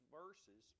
verses